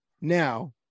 Now